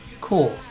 Cool